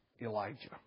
Elijah